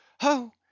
Ho